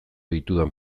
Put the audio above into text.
ditudan